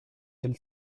del